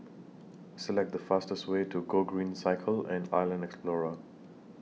Select The fastest Way to Gogreen Cycle and Island Explorer